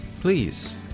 Please